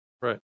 Right